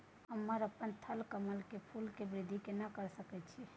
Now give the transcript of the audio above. हम अपन थलकमल के फूल के वृद्धि केना करिये सकेत छी?